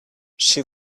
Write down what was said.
she